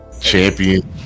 Champion